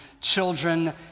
children